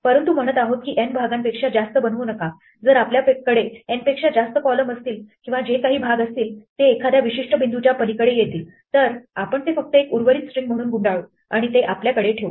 परंतु म्हणत आहोत की n भागांपेक्षा जास्त बनवू नका जर आपल्याकडे n पेक्षा जास्त कॉलम असतील किंवा जे काही भाग असतील ते एखाद्या विशिष्ट बिंदूच्या पलीकडे येतील तर आपण ते फक्त एक उर्वरित स्ट्रिंग म्हणून गुंडाळू आणि ते आपल्याकडे ठेवू